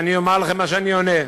ואני אומר לכם מה שאני עונה.